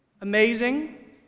amazing